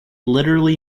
literally